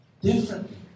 differently